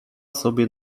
sobie